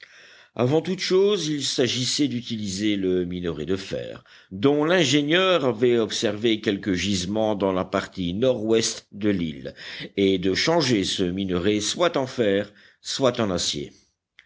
avant toutes choses il s'agissait d'utiliser le minerai de fer dont l'ingénieur avait observé quelques gisements dans la partie nord-ouest de l'île et de changer ce minerai soit en fer soit en acier